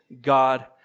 God